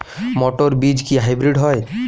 মটর বীজ কি হাইব্রিড হয়?